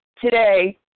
Today